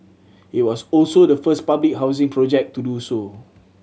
it was also the first public housing project to do so